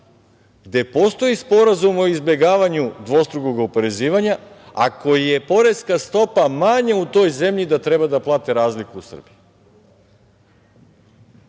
gde postoji sporazum o izbegavanju dvostrukog oporezivanja, ako je poreska stopa manja u toj zemlji, da treba da plate razliku u Srbiji. Znate,